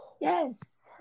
Yes